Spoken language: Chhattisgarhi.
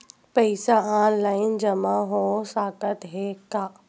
पईसा ऑनलाइन जमा हो साकत हे का?